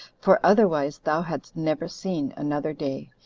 for, otherwise, thou hadst never seen another day,